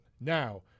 Now